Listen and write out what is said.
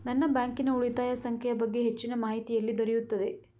ನನ್ನ ಬ್ಯಾಂಕಿನ ಉಳಿತಾಯ ಸಂಖ್ಯೆಯ ಬಗ್ಗೆ ಹೆಚ್ಚಿನ ಮಾಹಿತಿ ಎಲ್ಲಿ ದೊರೆಯುತ್ತದೆ?